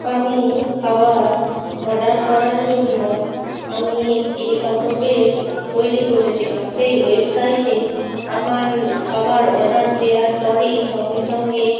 আমি খাবার অর্ডার করার জন্য আমি একটি অটো পে তৈরি করেছিলাম সেই ওয়েবসাইটে আমার খাবার অর্ডার দেওয়ার পরই সঙ্গে সঙ্গেই